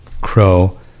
Crow